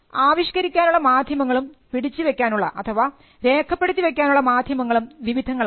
ആവിഷ്കരിക്കാനുള്ള മാധ്യമങ്ങളും പിടിച്ചു വെക്കാനുള്ള അഥവാ രേഖപ്പെടുത്തി വയ്ക്കാനുള്ള മാധ്യമങ്ങളും വിവിധങ്ങളാണ്